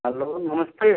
hello नमस्ते